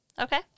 Okay